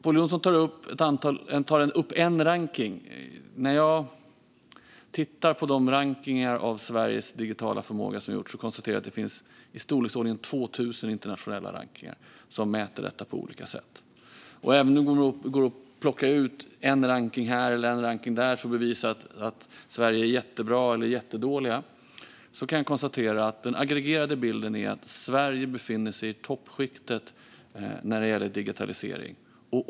Pål Jonson tar upp en rankning. När jag tittar på de rankningar som har gjorts av Sveriges digitala förmåga konstaterar jag att det finns i storleksordningen 2 000 internationella rankningar som mäter denna förmåga på olika sätt. Även om det går att plocka ut en rankning här eller en rankning där som bevisar att Sverige är jättebra eller jättedåligt kan jag konstatera att den aggregerade bilden är att Sverige befinner sig i toppskiktet när det gäller digitalisering.